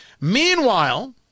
Meanwhile